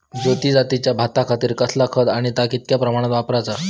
ज्योती जातीच्या भाताखातीर कसला खत आणि ता कितक्या प्रमाणात वापराचा?